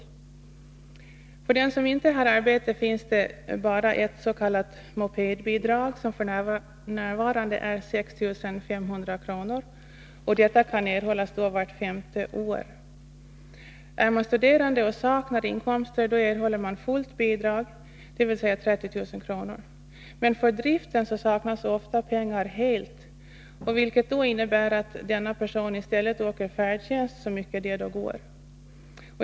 9” För den som inte har arbete finns det bara ett s.k. mopedbidrag, som f. n. är 6 500 kr., och detta kan erhållas vart femte år. Är man studerande och saknar inkomster erhåller man fullt bidrag, dvs. 30 000 kr. För driften saknas ofta pengar helt, vilket innebär att de personer det gäller i stället åker färdtjänst så mycket det går.